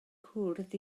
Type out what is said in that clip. cwrdd